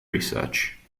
research